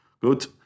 good